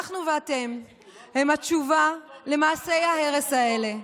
אנחנו ואתם הם התשובה למעשי ההרס האלה.